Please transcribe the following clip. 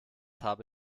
habe